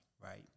Right